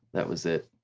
that was it.